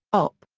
op.